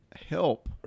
help